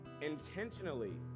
intentionally